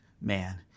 man